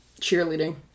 Cheerleading